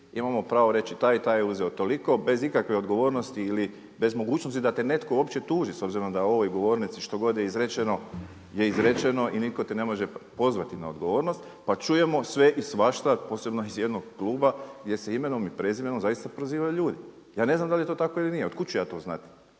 imamo pravo reći taj i taj je uzeo toliko bez ikakve odgovornosti ili bez mogućnosti da te netko uopće tuži s obzirom da na ovoj govornici što god je izrečeno je izrečeno i nitko te ne može pozvati na odgovornost pa čujemo sve i svašta posebno iz jednog kluba gdje se imenom i prezimenom zaista prozivaju ljudi. Ja ne znam da li je to tako ili nije, od kud ću ja to znati?